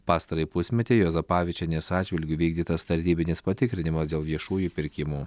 pastarąjį pusmetį juozapavičienės atžvilgiu vykdytas tarnybinis patikrinimas dėl viešųjų pirkimų